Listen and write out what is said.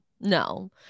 no